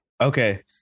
Okay